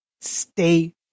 stay